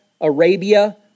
Arabia